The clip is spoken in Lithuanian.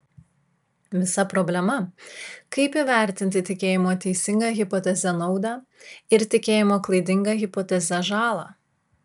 visa problema kaip įvertinti tikėjimo teisinga hipoteze naudą ir tikėjimo klaidinga hipoteze žalą